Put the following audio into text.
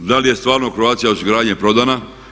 Da li je stvarno Croatia osiguranje prodana?